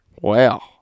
Wow